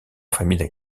familles